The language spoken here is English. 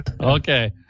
Okay